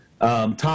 Tom